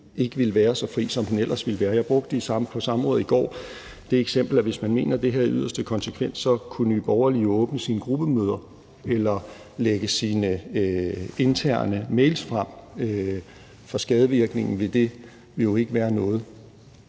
ikke ville være så fri, som den ellers ville være. Jeg brugte på samrådet i går det eksempel, at hvis man mener det her i yderste konsekvens, kunne Nye Borgerlige åbne sine gruppemøder eller lægge sine interne mails frem, for skadevirkningen ville jo ikke være noget.